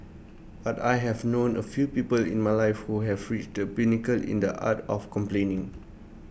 but I have known A few people in my life who have reached the pinnacle in the art of complaining